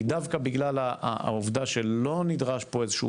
כי דווקא בגלל העובדה שלא נדרש פה איזשהו